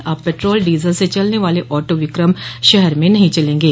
अब petrol diesel से चलने वाले ऑटो विक्रम शहर में नहीं चलेंगे